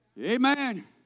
Amen